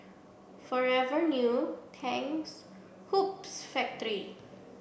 Forever New Tangs Hoops Factory